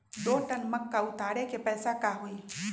दो टन मक्का उतारे के पैसा का होई?